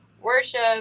worship